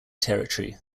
territory